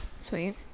Sweet